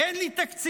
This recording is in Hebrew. אין לי תקציבים,